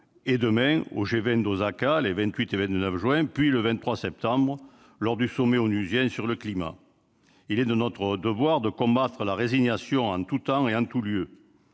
et demain au G20 d'Osaka des 28 et 29 juin, puis le 23 septembre lors du sommet onusien sur le climat. Il est de notre devoir de combattre la résignation en tout temps et en tout lieu,